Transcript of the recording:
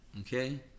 okay